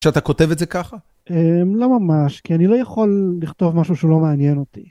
כשאתה כותב את זה ככה? לא ממש, כי אני לא יכול לכתוב משהו שלא מעניין אותי.